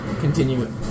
continue